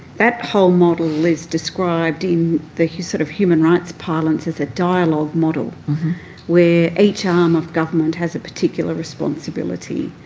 that whole model is described in the sort of human rights parlance as a dialogue model where each arm of government has a particular responsibility.